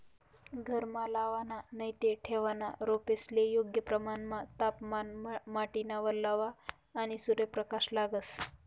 घरमा लावाना नैते ठेवना रोपेस्ले योग्य प्रमाणमा तापमान, माटीना वल्लावा, आणि सूर्यप्रकाश लागस